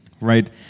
right